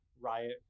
Riot